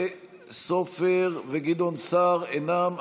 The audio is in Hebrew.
סופר וגדעון סער אינם,